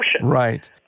Right